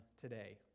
today